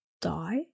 die